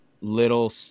little